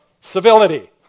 civility